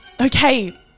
Okay